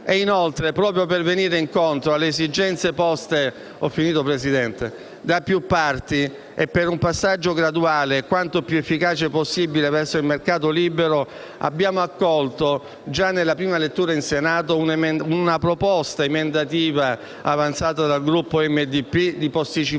Inoltre, proprio per venire incontro alle esigenze poste da più parti e per un passaggio graduale e quanto più efficace possibile verso il mercato libero, abbiamo accolto, già nella prima lettura in Senato, la proposta emendativa avanzata dal Gruppo Articolo 1-MDP di posticipare